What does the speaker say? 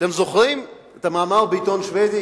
אתם זוכרים את המאמר בעיתון השבדי